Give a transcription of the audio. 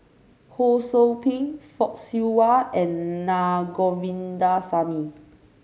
Ho Sou Ping Fock Siew Wah and Na Govindasamy